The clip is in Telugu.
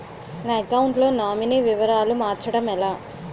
నా అకౌంట్ లో నామినీ వివరాలు మార్చటం ఎలా?